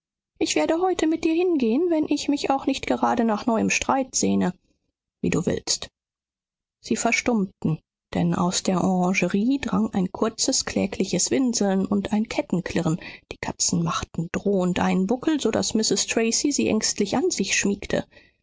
ich werde heute mit dir hingehen wenn ich mich auch nicht gerade nach neuem streit sehne wie du willst sie verstummten denn aus der orangerie drang ein kurzes klägliches gewinsel und ein kettenklirren die katzen machten drohend einen buckel so daß mrs tracy sie ängstlich an sich schmiegte